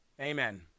Amen